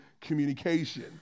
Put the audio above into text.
communication